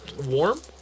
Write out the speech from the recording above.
warm